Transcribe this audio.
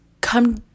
come